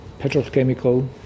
petrochemical